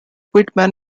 quitman